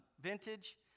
vintage